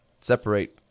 separate